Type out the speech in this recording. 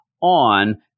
on